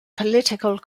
political